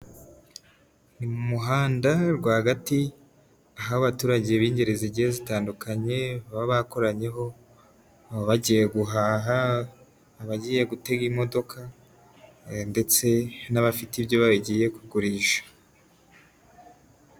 Ni mu muhanda rwagati aho abaturage b'ingeri zigiye zitandukanye baba bakoranyeho, baba bagiye guhaha, abagiye gutega imodoka ndetse n'abafite ibyo bagiye kugurisha.